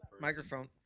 Microphone